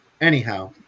Anyhow